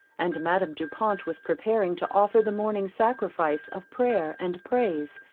and madame du pont was preparing to offer the morning sacrifice of prayer and praise,